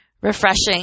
refreshing